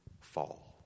fall